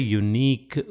unique